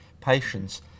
patients